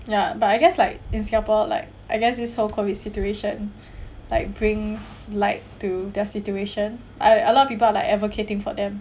ya but I guess like in singapore like I guess this whole COVID situation like brings light to their situation I a lot of people like advocating for them